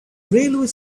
railway